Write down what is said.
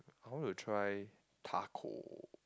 I want to try taco